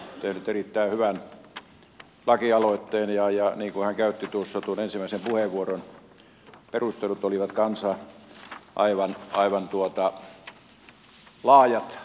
hän on tehnyt erittäin hyvän lakialoitteen ja niin kuin hän käytti ensimmäisen puheenvuoron perustelut olivat kanssa aivan laajat asiaan